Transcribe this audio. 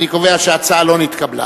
אני קובע שההצעה לא נתקבלה.